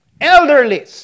Elderly